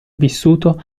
vissuto